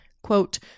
quote